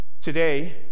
today